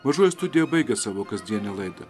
mažoji studija baigia savo kasdienę laidą